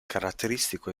caratteristico